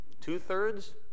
two-thirds